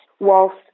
whilst